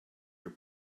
your